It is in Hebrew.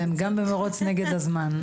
כן, גם במרוץ נגד הזמן.